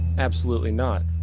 absolutely not.